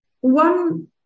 One